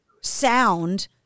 sound